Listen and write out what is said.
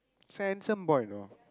he's a handsome boy you know